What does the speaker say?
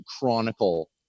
chronicle